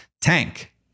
tank